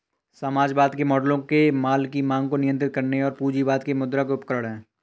समाजवाद के मॉडलों में माल की मांग को नियंत्रित करने और पूंजीवाद के मुद्रा उपकरण है